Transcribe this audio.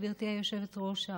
גברתי היושבת-ראש,